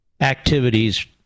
activities